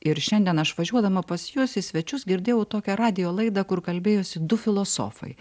ir šiandien aš važiuodama pas juos į svečius girdėjau tokią radijo laidą kur kalbėjosi du filosofai